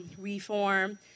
reform